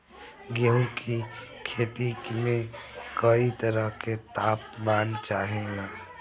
गेहू की खेती में कयी तरह के ताप मान चाहे ला